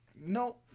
No